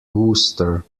wooster